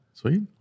Sweet